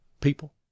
People